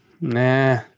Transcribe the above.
Nah